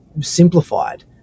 simplified